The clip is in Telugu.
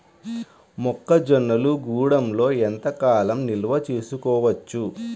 మొక్క జొన్నలు గూడంలో ఎంత కాలం నిల్వ చేసుకోవచ్చు?